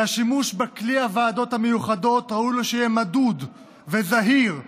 שהשימוש בכלי הוועדות המיוחדות ראוי לו שיהיה מדוד וזהיר וענייני,